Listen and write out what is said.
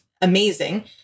amazing